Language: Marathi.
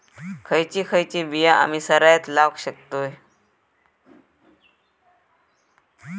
खयची खयची बिया आम्ही सरायत लावक शकतु?